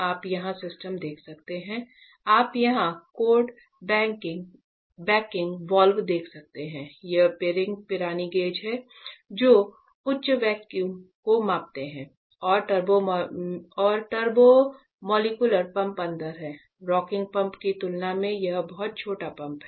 आप यहां सिस्टम देख सकते हैं आप यहां कोण बैंकिंग पंप की तुलना में यह बहुत छोटा पंप है